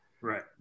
Right